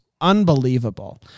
unbelievable